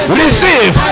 receive